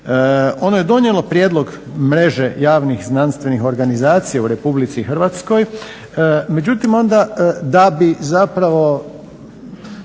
Ono je donijelo prijedlog mreže javnih znanstvenih organizacija u RH, međutim onda da bi zapravo